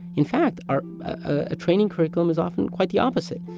in fact, our ah training curriculum is often quite the opposite.